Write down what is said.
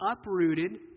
uprooted